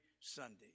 Sunday